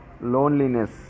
loneliness